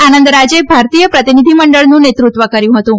આનંદરાજે ભારતીય પ્રતિનિધિમંડળનું નેતૃત્વ કર્યું હતું